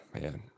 man